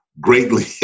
greatly